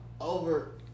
over